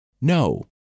no